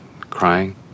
crying